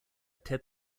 ted